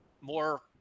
more